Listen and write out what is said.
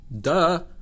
duh